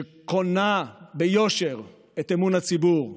שקונה ביושר את אמון הציבור.